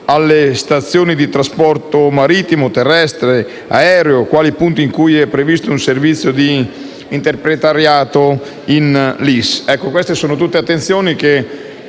alle stazioni di trasporto marittimo, terrestre e aereo, quali punti in cui sia previsto un servizio di interpretariato in LIS. Sono tutte attenzioni che